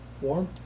Warm